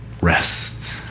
Rest